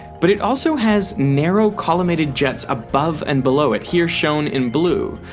but it also has narrow collimated jets above and below it here shown in blue,